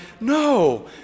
no